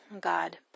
God